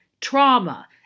trauma